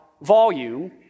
volume